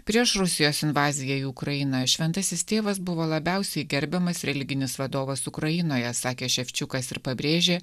prieš rusijos invaziją į ukrainą šventasis tėvas buvo labiausiai gerbiamas religinis vadovas ukrainoje sakė ševčiukas ir pabrėžė